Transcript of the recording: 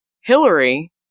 Hillary